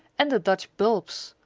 and the dutch bulbs!